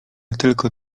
tylko